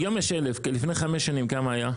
היום יש 1,000, לפני חמש שנים כמה היה?